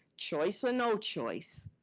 choice or no choice,